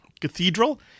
Cathedral